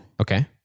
Okay